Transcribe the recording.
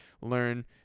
learn